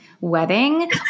wedding